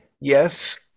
yes